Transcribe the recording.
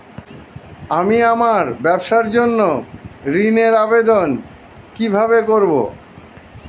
আমি আমার ব্যবসার জন্য ঋণ এর আবেদন কিভাবে করব?